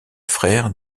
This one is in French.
frère